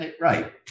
Right